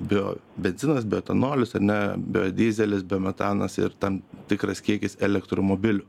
biobenzinas bioetanolis ar ne biodyzelis biometanas ir tam tikras kiekis elektromobilių